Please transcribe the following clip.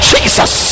Jesus